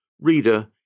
Reader